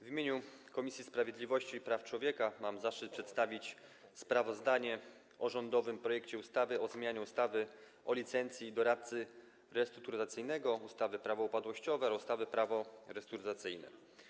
W imieniu Komisji Sprawiedliwości i Praw Człowieka mam zaszczyt przedstawić sprawozdanie o rządowym projekcie ustawy o zmianie ustawy o licencji doradcy restrukturyzacyjnego, ustawy Prawo upadłościowe oraz ustawy Prawo restrukturyzacyjne.